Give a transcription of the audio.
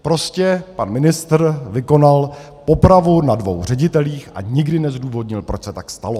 Prostě pan ministr vykonal popravu na dvou ředitelích a nikdy nezdůvodnil, proč se tak stalo.